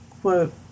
quote